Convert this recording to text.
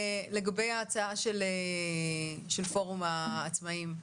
לגבי ההצעה של פורום העצמאים,